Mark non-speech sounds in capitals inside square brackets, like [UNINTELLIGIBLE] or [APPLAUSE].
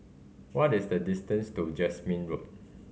what is the distance to Jasmine Road [UNINTELLIGIBLE]